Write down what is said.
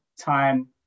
time